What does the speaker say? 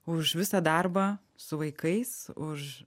už visą darbą su vaikais už